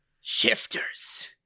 shifters